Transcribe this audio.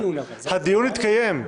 הדיון התקיים.